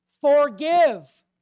forgive